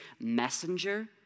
messenger